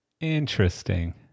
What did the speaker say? Interesting